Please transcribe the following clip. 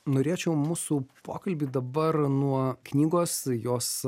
norėčiau mūsų pokalbį dabar nuo knygos jos